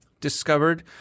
discovered